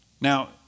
Now